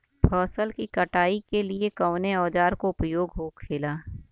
फसल की कटाई के लिए कवने औजार को उपयोग हो खेला?